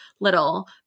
little